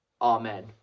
Amen